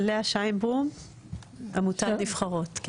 לאה שיינברום עמותת נבחרות.